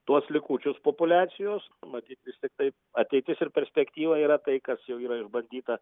tuos likučius populiacijos matyt vis tiktai ateitis ir perspektyva yra tai kas jau yra išbandyta